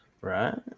Right